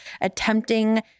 attempting